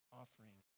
offering